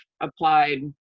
applied